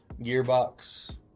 Gearbox